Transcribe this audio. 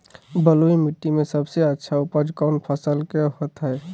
बलुई मिट्टी में सबसे अच्छा उपज कौन फसल के होतय?